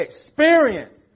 experience